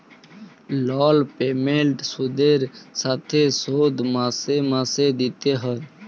লল পেমেল্ট সুদের সাথে শোধ মাসে মাসে দিতে হ্যয়